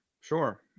sure